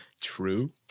True